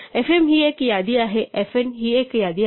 fm ही एक यादी आहे fn ही एक यादी आहे